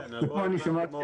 ופה אני שמעתי